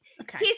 okay